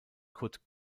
kurt